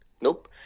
Nope